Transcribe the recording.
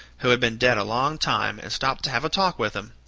who had been dead a long time, and stopped to have a talk with him.